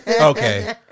Okay